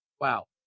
Wow